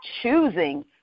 choosing